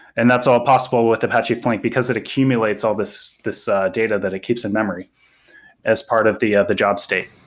and that's all possible with apache flink, because it accumulates all this this data that it keeps in-memory as part of the yeah the job state.